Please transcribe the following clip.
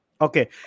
okay